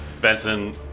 Benson